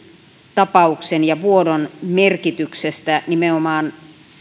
tapauksen ja vuodon merkityksestä nimenomaan